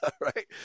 Right